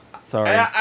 Sorry